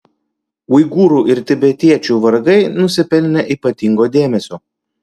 uigūrų ir tibetiečių vargai nusipelnė ypatingo dėmesio